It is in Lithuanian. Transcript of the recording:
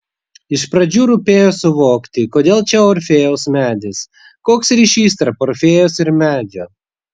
iš pradžių rūpėjo suvokti kodėl čia orfėjaus medis koks ryšys tarp orfėjaus ir medžio